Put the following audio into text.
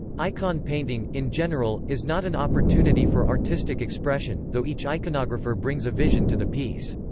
icon painting, in general, is not an opportunity for artistic expression, though each iconographer brings a vision to the piece.